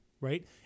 right